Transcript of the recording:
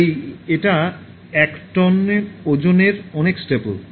তাই এটা এক টন ওজনের অনেক স্ট্যাপল